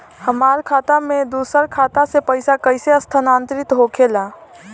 हमार खाता में दूसर खाता से पइसा कइसे स्थानांतरित होखे ला?